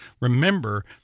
Remember